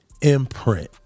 imprint